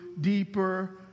deeper